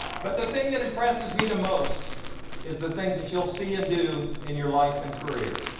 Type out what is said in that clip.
but the thing that impresses me the most is the things that you'll see and do in your life and career,